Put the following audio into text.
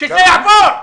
שזה יעבור.